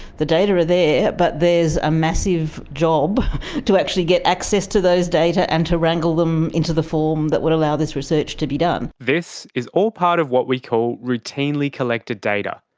the data are there. but there's a massive job to actually get access to those data and to wrangle them into the form that would allow this research to be done. this is all part of what we call routinely collected data.